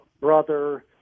brother